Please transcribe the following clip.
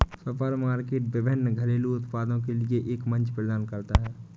supermarket विभिन्न घरेलू उत्पादों के लिए एक मंच प्रदान करता है